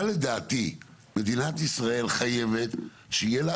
אבל לדעתי מדינת ישראל חייבת שיהיה לה